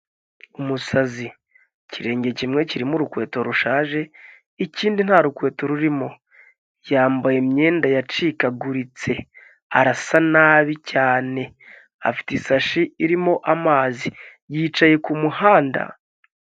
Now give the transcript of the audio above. Umusazi ikirenge kimwe kirimo urukweto rushaje ikindi nta rukweto rurimo, yambaye imyenda yacikaguritse arasa nabi cyane, afite ishashi irimo amazi yicaye kumuhanda.